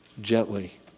Gently